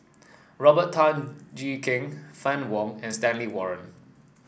Robert Tan Jee Keng Fann Wong and Stanley Warren